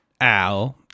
Al